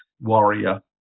warrior